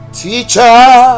teacher